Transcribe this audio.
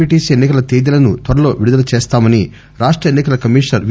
PTC ఎన్ని కల తేదీలను త్వరలో విడుదల చేస్తామని రాష్ట ఎన్ని కల కమిషనర్ వి